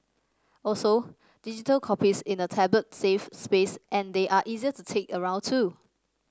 also digital copies in a tablet save space and they are easier to take around too